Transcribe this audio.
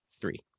three